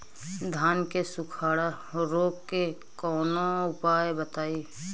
धान के सुखड़ा रोग के कौनोउपाय बताई?